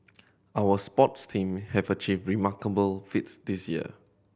our sports team have achieved remarkable feats this year